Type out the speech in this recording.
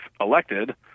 elected